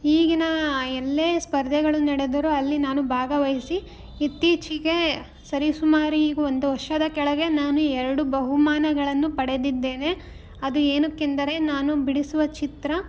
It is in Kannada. ಈಗ ಎಲ್ಲೇ ಸ್ಪರ್ಧೆಗಳು ನಡೆದರು ಅಲ್ಲಿ ನಾನು ಭಾಗವಹಿಸಿ ಇತ್ತೀಚೆಗೆ ಸರಿ ಸುಮಾರು ಈಗ ಒಂದು ವರ್ಷದ ಕೆಳಗೆ ನಾನು ಎರಡು ಬಹುಮಾನಗಳನ್ನು ಪಡೆದಿದ್ದೇನೆ ಅದು ಏನಕ್ಕೆಂದರೆ ನಾನು ಬಿಡಿಸುವ ಚಿತ್ರ